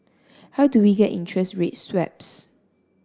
how do we get interest rate swaps